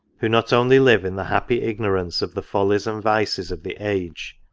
who not only live in the happy ignorance of the follies and vices of the age,